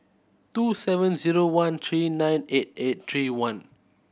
two seven zero one three nine eight eight three one